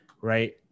right